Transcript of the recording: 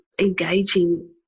engaging